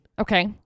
Okay